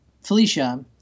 Felicia